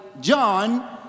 John